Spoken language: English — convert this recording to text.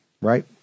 right